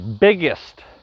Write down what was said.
biggest